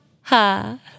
ha